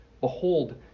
behold